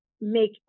make